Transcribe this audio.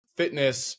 fitness